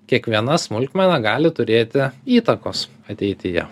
kiekviena smulkmena gali turėti įtakos ateityje